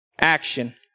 Action